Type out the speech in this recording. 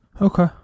Okay